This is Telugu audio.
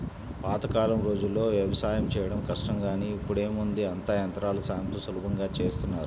పాతకాలం రోజుల్లో యవసాయం చేయడం కష్టం గానీ ఇప్పుడేముంది అంతా యంత్రాల సాయంతో సులభంగా చేసేత్తన్నారు